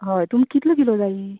हय तुमकां कितले किलो जायी